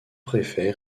préfet